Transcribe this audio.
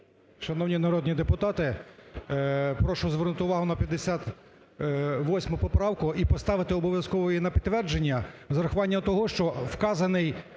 Шановні народні депутати! Прошу звернути увагу на 58 поправку і поставити обов'язково її на підтвердження з врахуванням того, що вказаний